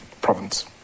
province